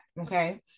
okay